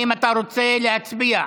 האם אתה רוצה להצביע?